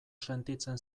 sentitzen